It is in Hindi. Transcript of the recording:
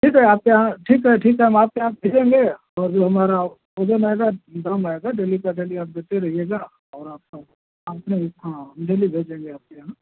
ठीक है आपके यहाँ ठीक है ठीक है हम आपके यहाँ भेजेंगे तो जो हमारा ओजन आएगा ग्राम आएगा डेली का डेली आप देते रहिएगा और आपका कंप्लीट हाँ हम डेली भेजेंगे आपके यहाँ